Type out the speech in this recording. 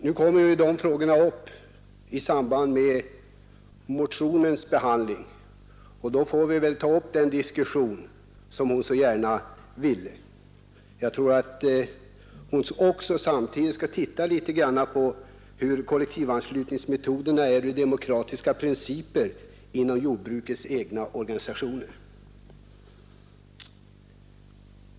De frågorna kommer upp i samband med motionens behandling, och då får vi ta upp den diskussion som hon så gärna vill ha. Jag tror att hon också skall titta något på hur kollektivanslutningsmetoderna är ur demokratisk synpunkt inom jordbrukets egna organisationer.